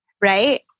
right